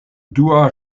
dua